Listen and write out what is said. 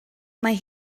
mae